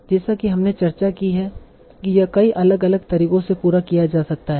जैसा कि हमने चर्चा की है यह कई अलग अलग तरीकों से पूरा किया जा सकता है